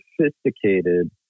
sophisticated